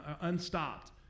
unstopped